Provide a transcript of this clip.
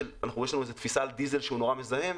יש לנו איזה תפיסה על דיזל שהוא נורא מזהם,